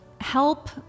help